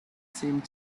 seemed